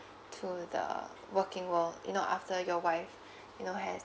to the working world you know after your wife you know has